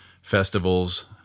festivals